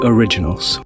Originals